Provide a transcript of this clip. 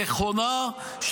נכונה,